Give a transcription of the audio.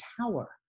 tower